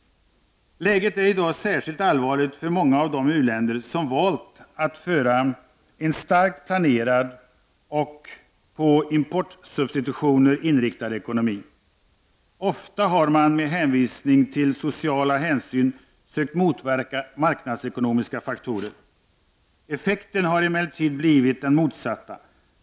Läget är i dag särskilt allvarligt för många av de u-länder som har valt att föra en starkt planerad och på importsubstitutioner inriktad ekonomi. Ofta har man med hänvisning till sociala hänsyn sökt motverka marknadsekonomiska faktorer. Effekten har emellertid blivit den motsatta.